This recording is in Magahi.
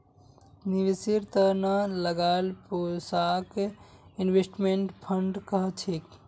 निवेशेर त न लगाल पैसाक इन्वेस्टमेंट फण्ड कह छेक